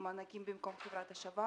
מענקים במקום חברת השבה,